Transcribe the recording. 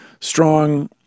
strong